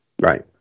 Right